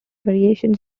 variations